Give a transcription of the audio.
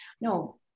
no